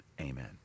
amen